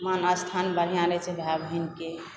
मान स्थान बढ़िआँ रहए छै भाय बहिनके